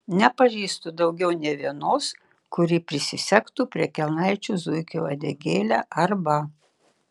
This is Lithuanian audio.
nepažįstu daugiau nė vienos kuri prisisegtų prie kelnaičių zuikio uodegėlę arba